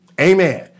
Amen